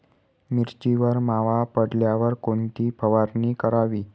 मिरचीवर मावा पडल्यावर कोणती फवारणी करावी?